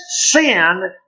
sin